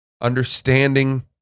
understanding